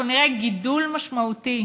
אנחנו נראה גידול משמעותי